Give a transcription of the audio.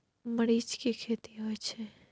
मरीच के खेती होय छय?